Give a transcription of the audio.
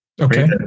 Okay